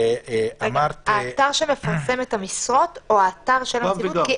האתר שמפרסם את המשרות או האתר של הנציבות?